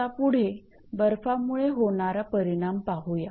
आता पुढे बर्फामुळे होणार परिणाम पाहूया